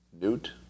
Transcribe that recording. Newt